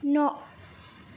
न'